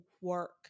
work